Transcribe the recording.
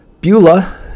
Beulah